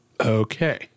Okay